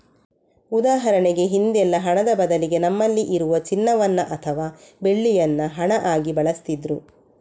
ಉದಾಹರಣೆಗೆ ಹಿಂದೆಲ್ಲ ಹಣದ ಬದಲಿಗೆ ನಮ್ಮಲ್ಲಿ ಇರುವ ಚಿನ್ನವನ್ನ ಅಥವಾ ಬೆಳ್ಳಿಯನ್ನ ಹಣ ಆಗಿ ಬಳಸ್ತಿದ್ರು